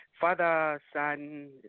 father-son